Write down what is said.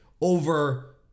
over